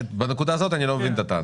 בנקודה הזאת אני לא מבין את הטענה.